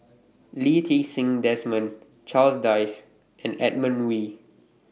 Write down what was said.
Lee Ti Seng Desmond Charles Dyce and Edmund Wee